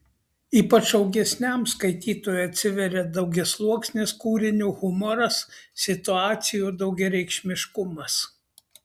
ypač augesniam skaitytojui atsiveria daugiasluoksnis kūrinio humoras situacijų daugiareikšmiškumas